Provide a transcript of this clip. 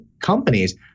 companies